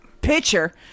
Pitcher